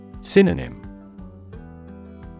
Synonym